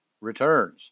Returns